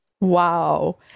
Wow